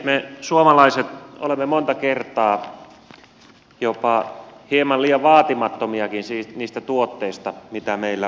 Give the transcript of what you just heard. me suomalaiset olemme monta kertaa jopa hieman liian vaatimattomiakin niistä tuotteista mitä meillä on